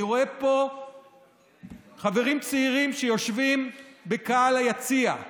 אני רואה פה חברים צעירים שיושבים בקהל היציע.